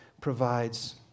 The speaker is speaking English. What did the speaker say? provides